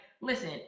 listen